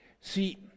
See